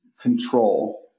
control